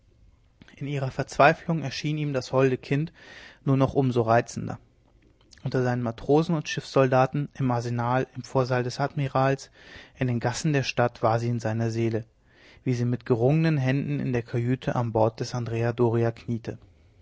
in ihrer verzweiflung erschien ihm das holde kind nur noch um so reizender unter seinen matrosen und schiffssoldaten im arsenal im vorsaal des admirals in den gassen der stadt war sie in seiner seele wie sie mit gerungenen händen in der kajüte an bord des andrea doria kniete